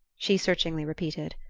she searchingly repeated.